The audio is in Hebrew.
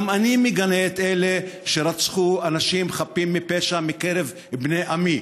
גם אני מגנה את אלה שרצחו אנשים חפים מפשע מקרב בני עמי.